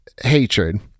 hatred